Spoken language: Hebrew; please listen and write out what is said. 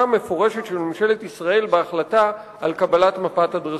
המפורשת של ממשלת ישראל בהחלטה על קבלת מפת הדרכים.